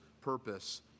purpose